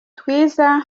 twiza